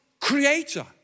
creator